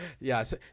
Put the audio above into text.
Yes